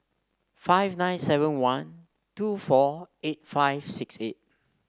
five nine seven one two four eight five six eight